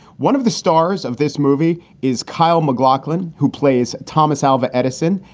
one of the stars of this movie is kyle mcglocklin, who plays thomas alva edison.